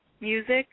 music